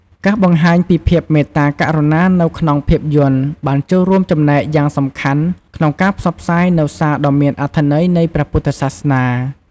ការបង្ហាញពីភាពមេត្តាករុណានៅក្នុងភាពយន្តបានចូលរួមចំណែកយ៉ាងសំខាន់ក្នុងការផ្សព្វផ្សាយនូវសារដ៏មានអត្ថន័យនៃព្រះពុទ្ធសាសនា។